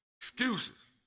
excuses